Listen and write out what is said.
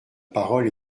parole